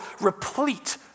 replete